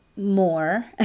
more